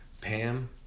Pam